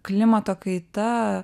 klimato kaita